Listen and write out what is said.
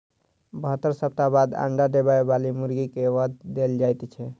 बहत्तर सप्ताह बाद अंडा देबय बाली मुर्गी के वध देल जाइत छै